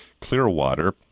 Clearwater